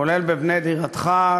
כולל ב"בנה דירתך",